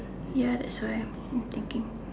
ya that's why I'm thinking